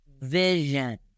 vision